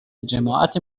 جماعت